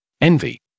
Envy